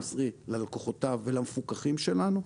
ללקוחותיו ולמפוקחים שלנו,